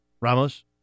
Ramos